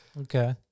Okay